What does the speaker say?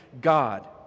God